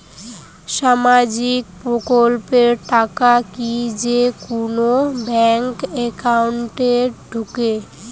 সামাজিক প্রকল্পের টাকা কি যে কুনো ব্যাংক একাউন্টে ঢুকে?